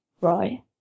Right